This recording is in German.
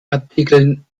artikeln